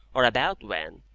or about when,